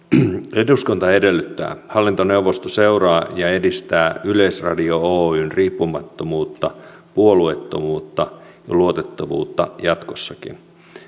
eduskunta edellyttää että hallintoneuvosto seuraa ja edistää yleisradio oyn riippumattomuutta puolueettomuutta ja luotettavuutta jatkossakin